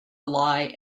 lie